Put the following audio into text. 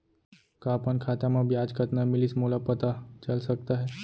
का अपन खाता म ब्याज कतना मिलिस मोला पता चल सकता है?